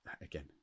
again